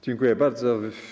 Dziękuję bardzo.